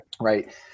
right